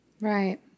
Right